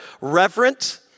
reverent